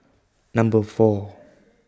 Number four